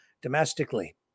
domestically